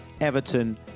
Everton